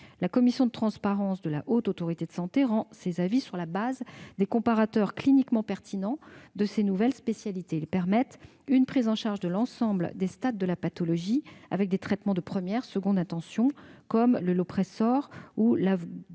La commission de la transparence de la Haute Autorité de santé rend ses avis sur la base de comparateurs cliniquement pertinents de ces nouvelles spécialités. Ils permettent une prise en charge de l'ensemble des stades de la pathologie avec des traitements de première et de seconde intention, comme le Lopressor ou